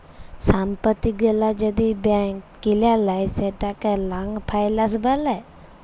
সম্পত্তি গুলা যদি ব্যাংক কিলে লেই সেটকে লং ফাইলাল্স ব্যলে